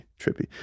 trippy